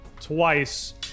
twice